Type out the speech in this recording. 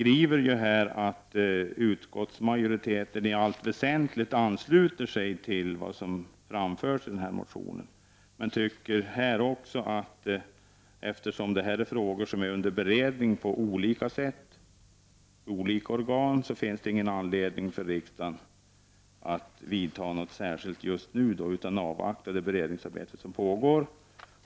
Vi har ju skrivit att utskottsmajoriteten i allt väsentligt ansluter sig till vad som har framhållits i motionen. Men eftersom det rör sig om frågor som är under beredning på olika sätt och i olika organ finns det ingen anledning för riksdagen att vidta några åtgärder just nu. Vi bör därför avvakta det beredningsarbete som pågår.